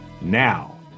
Now